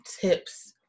tips